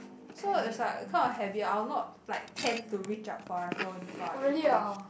so it's like kind of habit I will not like tend to reach out for my phone while I'm eating